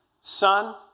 son